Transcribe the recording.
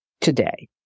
today